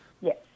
yes